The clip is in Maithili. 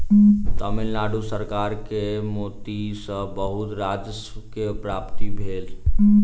तमिल नाडु सरकार के मोती सॅ बहुत राजस्व के प्राप्ति भेल